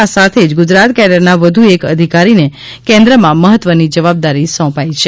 આ સાથે જ ગુજરાત કેડરના વધુ એક અધિકારીને કેન્દ્રમાં મહત્વની જવાબદારી સોંપાઈ છે